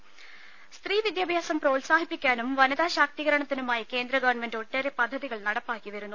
ദരദ സ്ത്രീ വിദ്യാഭ്യാസം പ്രോത്സാഹിപ്പിക്കാനും വനിതാ ശാക്തീകരണത്തിനുമായി കേന്ദ്ര ഗവൺമെന്റ് ഒട്ടേറെ പദ്ധതികൾ നടപ്പാക്കി വരുന്നു